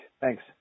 Thanks